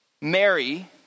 Mary